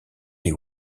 les